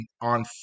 on